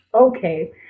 okay